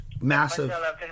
massive